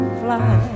fly